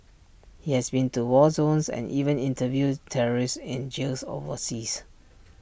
he has been to war zones and even interviewed terrorists in jails overseas